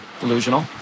delusional